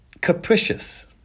capricious